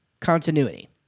continuity